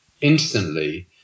instantly